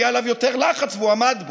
היה עליו יותר לחץ והוא עמד בו.